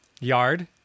Yard